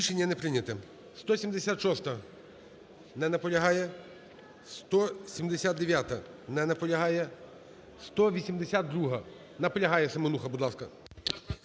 Рішення не прийнято. 176-а. Не наполягає. 179-а. Не наполягає. 182-а. Наполягає Семенуха, будь ласка.